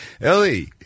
Ellie –